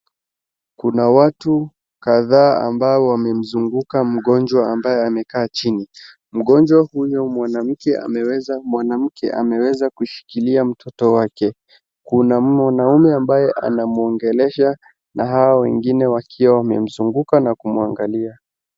Kuna watu kadhaa ambao wamemzunguka mgonjwa ambaye amekaa chini. Mgonjwa huyo mwanamke ameweza kushikilia mtoto wake. Kuna mwanaume ambaye anamuongelesha na hao wengine wakiwa wamemzunguka na kumuangalia.